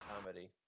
comedy